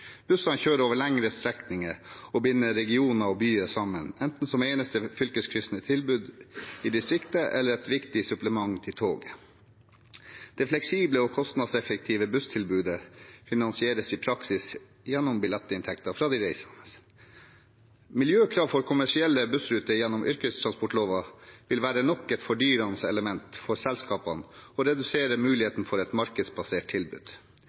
Bussene kjører over lengre strekninger og binder regioner og byer sammen, enten som eneste fylkeskryssende tilbud i distriktet, eller som et viktig supplement til toget. Det fleksible og kostnadseffektive busstilbudet finansieres i praksis gjennom billettinntekter fra de reisende. Miljøkrav for kommersielle bussruter gjennom yrkestransportloven vil være nok et fordyrende element for selskapene og redusere muligheten for et markedsbasert tilbud.